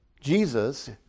Jesus